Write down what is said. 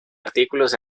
artículos